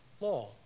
law